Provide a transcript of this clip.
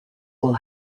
will